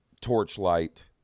Torchlight